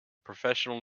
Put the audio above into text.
professional